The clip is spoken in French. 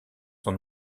son